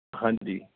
ਹਾਂਜੀ